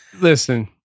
listen